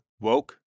Woke